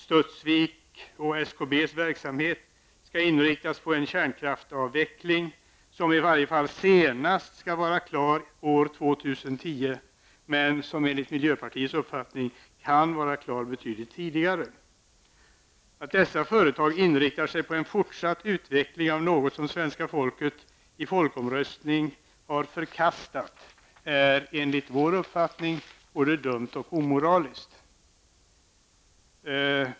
Studsviks och SKBs verksamhet skall inriktas på en kärnkraftsavveckling, som i varje fall senast skall vara klar år 2010 men som enligt miljöpartiets uppfattning kan vara klar betydligt tidigare. Att dessa företag inriktar sig på en fortsatt utveckling av något som svenska folket i folkomröstning har förkastat är enligt vår uppfattning både dumt och omoraliskt.